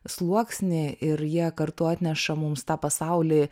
sluoksnį ir jie kartu atneša mums tą pasaulį